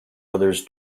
others